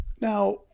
Now